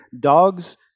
dogs